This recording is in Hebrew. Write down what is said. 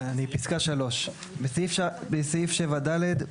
אני בפסקה 3. (3) בסעיף 7ד,